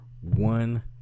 one